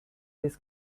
this